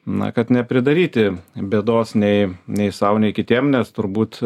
na kad nepridaryti bėdos nei nei sau nei kitiem nes turbūt